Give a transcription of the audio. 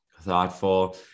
thoughtful